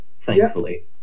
thankfully